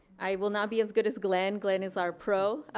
i will not be as good as glen. glen is our pro,